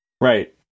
Right